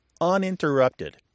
uninterrupted